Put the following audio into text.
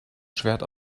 schwert